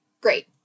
great